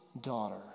daughter